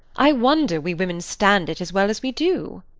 i wonder we women stand it as well as we do.